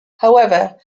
however